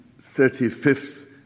35th